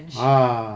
ah